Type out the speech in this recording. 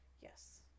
Yes